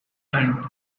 and